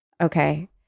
okay